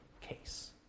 case